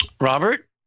Robert